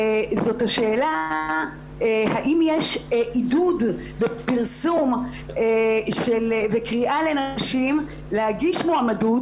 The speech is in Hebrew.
זאת השאלה האם יש עידוד ופרסום וקריאה לנשים להגיש מועמדות